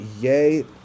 yay